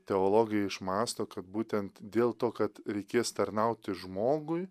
teologija išmąsto kad būtent dėl to kad reikės tarnauti žmogui